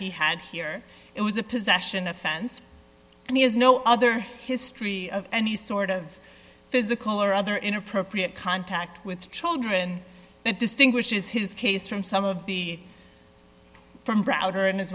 he had here it was a possession offense and he has no other history of any sort of physical or other inappropriate contact with children that distinguishes his case from some of the from browder and as